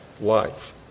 life